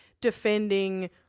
defending